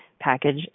package